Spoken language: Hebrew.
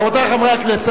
רבותי חברי הכנסת,